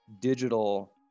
digital